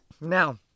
now